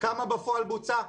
כמה בפועל בוצע?